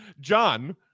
John